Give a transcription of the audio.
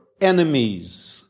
enemies